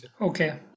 Okay